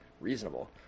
reasonable